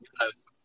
Yes